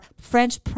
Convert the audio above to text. French